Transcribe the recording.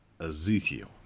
Ezekiel